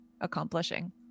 accomplishing